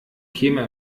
käme